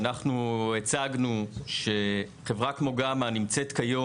אנחנו הצגנו שחברה כמו גמא נמצאת כיום